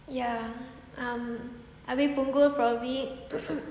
yeah um abeh punggol probably